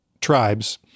tribes